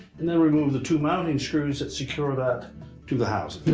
and then remove the two mounting screws that secure that to the housing.